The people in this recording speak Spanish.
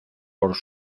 por